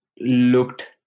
looked